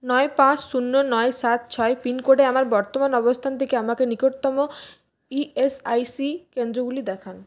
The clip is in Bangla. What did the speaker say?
নয় পাঁচ শূন্য নয় সাত ছয় পিনকোডে আমার বর্তমান অবস্থান থেকে আমাকে নিকটতম ইএসআইসি কেন্দ্রগুলো দেখান